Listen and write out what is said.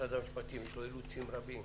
למשרד המשפטים יש אילוצים רבים.